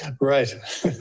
Right